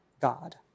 God